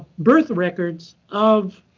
birth records of